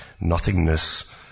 nothingness